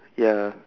ya